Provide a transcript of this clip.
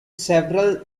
several